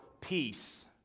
peace